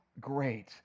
great